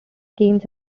games